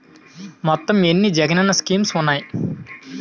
మొత్తం ఎన్ని జగనన్న స్కీమ్స్ ఉన్నాయి?